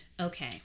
okay